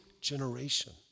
generation